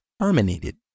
terminated